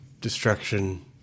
Destruction